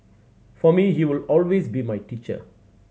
for me he would always be my teacher